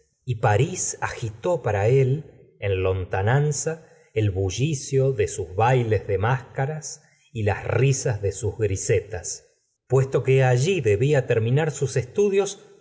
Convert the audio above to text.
y parís agité para en lontananza el bullicio de sus bailes de máscaras y las risas de sus grisetas puesto que allí debía terminar sus estudios